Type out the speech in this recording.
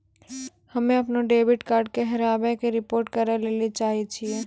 हम्मे अपनो डेबिट कार्डो के हेराबै के रिपोर्ट करै लेली चाहै छियै